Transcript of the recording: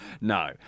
No